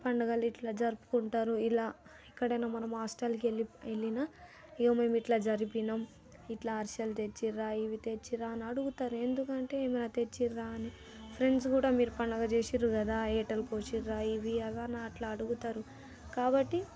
పండుగలు ఇట్లా జరుపుకుంటారు ఇలా ఎక్కడైనా మనం హాస్టల్కి వెళ్లి వెళ్లినా ఇదిగో మేము ఇట్లా జరిపినం ఇట్లా అరిసెలు తెచ్చ్చిరా ఇవి తెచ్చిరా అని అడుగుతారు ఎందుకంటే ఏమన్నా తెచ్చిరా అని ఫ్రెండ్స్ కూడా మీరు పండుగ చేసిరి కదా వేటలు కోసిరా ఇవి అవి అని అట్లా అడుగుతారు కాబట్టి